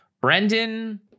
brendan